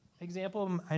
example